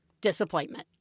disappointment